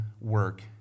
work